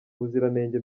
ubuziranenge